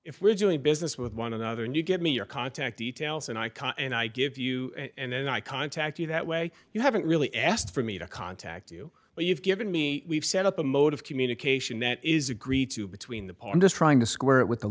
if we're doing business with one another and you give me your contact details and i can and i give you and i contact you that way you haven't really asked for me to contact you but you've given me we've set up a mode of communication that is agreed to between the parties trying to square it with the